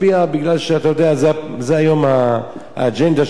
זו היום האג'נדה של כולם,